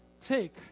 take